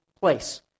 place